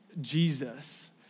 Jesus